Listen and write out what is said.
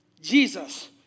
Jesus